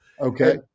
Okay